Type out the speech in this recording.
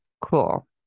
Cool